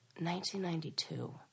1992